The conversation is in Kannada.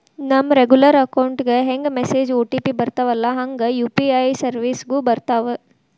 ನಮ ರೆಗ್ಯುಲರ್ ಅಕೌಂಟ್ ಗೆ ಹೆಂಗ ಮೆಸೇಜ್ ಒ.ಟಿ.ಪಿ ಬರ್ತ್ತವಲ್ಲ ಹಂಗ ಯು.ಪಿ.ಐ ಸೆರ್ವಿಸ್ಗು ಬರ್ತಾವ